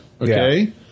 Okay